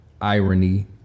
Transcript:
irony